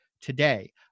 today